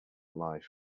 life